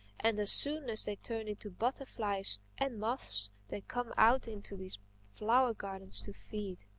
and as soon as they turn into butterflies and moths they come out into these flower-gardens to feed.